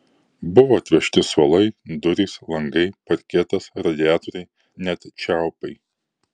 buvo atvežti suolai durys langai parketas radiatoriai net čiaupai